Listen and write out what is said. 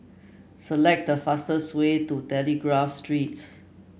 select the fastest way to Telegraph Street